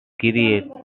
create